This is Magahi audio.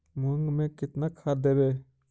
मुंग में केतना खाद देवे?